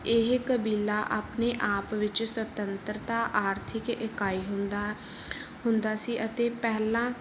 ਇਹ ਕਬੀਲਾ ਆਪਣੇ ਆਪ ਵਿੱਚ ਸੁਤੰਤਰਤਾ ਆਰਥਿਕ ਇਕਾਈ ਹੁੰਦਾ ਹੁੰਦਾ ਸੀ ਅਤੇ ਪਹਿਲਾਂ